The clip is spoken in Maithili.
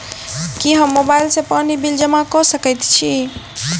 की हम मोबाइल सँ पानि बिल जमा कऽ सकैत छी?